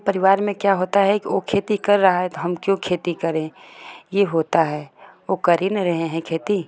परिवार में क्या होता है कि वो खेती कर रहे हैं तो हम खेती क्यों करें ये होता है वो कर ही न रहे हैं खेती